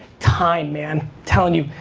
time man, telling you,